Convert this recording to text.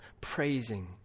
praising